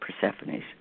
Persephone's